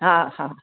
हा हा